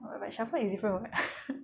but shafwa is different [what]